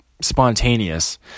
spontaneous